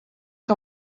que